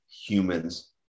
humans